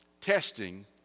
Testing